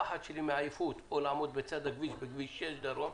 הפחד שלי מעייפות או לעמוד בצד הכביש בכביש 6 דרום,